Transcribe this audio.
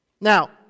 Now